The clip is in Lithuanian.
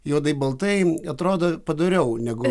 juodai baltai atrodo padoriau negu